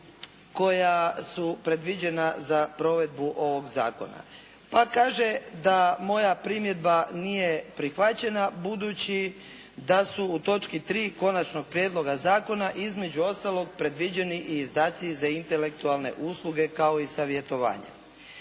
koja su predviđena za provedbu ovog zakona, pa kaže da moja primjedba nije prihvaćena budući da su u točki 3. Konačnog prijedloga zakona između ostalog predviđeni i izdaci za intelektualne usluge kao i savjetovanja.